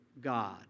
God